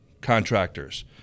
contractors